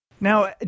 Now